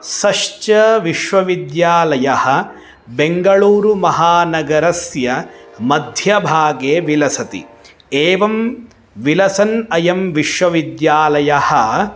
स च विश्वविद्यालयः बेङ्गलूरुमहानगरस्य मध्यभागे विलसति एवं विलसन् अयं विश्वविद्यालयः